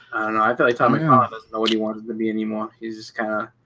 i feel like taught me huh nobody wanted to be anymore he's just kind of?